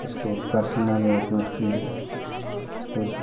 उसको करछना में एडमिट किए फिर